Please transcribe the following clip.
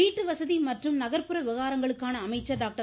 வீட்டுவசதி மற்றும் நகர்ப்புற விவகாரங்களுக்கான அமைச்சர் டாக்டர்